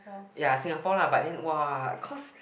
ya Singapore lah but then !woah! cause